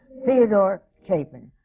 theodore chapin.